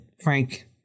Frank